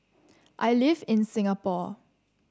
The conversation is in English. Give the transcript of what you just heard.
I live in Singapore